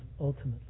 ultimately